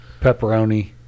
pepperoni